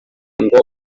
kugira